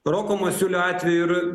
roko masiulio atveju ir